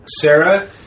Sarah